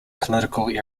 political